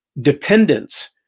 dependence